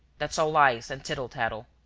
that's all lies and tittle-tattle.